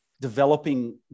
developing